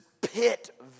pit